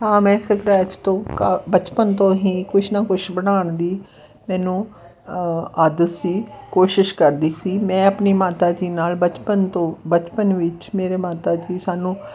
ਹਾਂ ਮੈਂ ਸਕਰੈਚ ਤੋਂ ਕਾ ਬਚਪਨ ਤੋਂ ਹੀ ਕੁਛ ਨਾ ਕੁਛ ਬਣਾਉਣ ਦੀ ਮੈਨੂੰ ਆਦਤ ਸੀ ਕੋਸ਼ਿਸ਼ ਕਰਦੀ ਸੀ ਮੈਂ ਆਪਣੀ ਮਾਤਾ ਜੀ ਨਾਲ ਬਚਪਨ ਤੋਂ ਬਚਪਨ ਵਿੱਚ ਮੇਰੇ ਮਾਤਾ ਜੀ ਸਾਨੂੰ